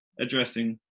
addressing